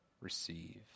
receive